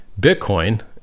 Bitcoin